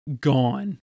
gone